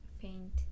paint